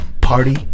Party